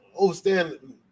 understand